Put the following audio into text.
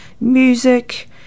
music